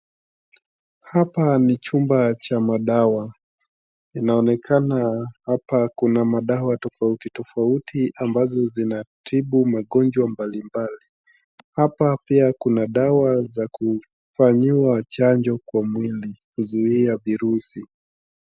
Hapa ni chumba cha madawa. Inaonekana hapa kuna madawa tofauti tofauti ambazo zinatibu magonjwa mbalimbali. Hapa pia kuna dawa za kufanyiwa chanjo kwa mwili kuzuia virusi.